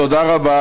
תודה רבה.